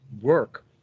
work